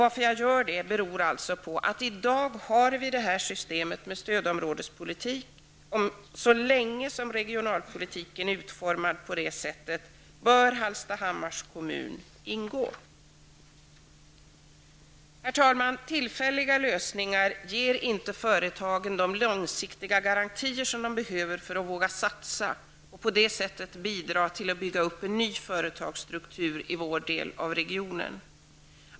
Att jag gör detta beror på att vi i dag har detta system med stödområdespolitik, och så länge som regionalpolitiken är utformad på det sättet bör Hallstahammars kommun ingå i stödområde. Tillfälliga lösningar ger inte företagen de långsiktiga garantier som de behöver för att våga satsa och på det sättet bidra till att bygga upp en ny företagsstruktur i vår del av regionen.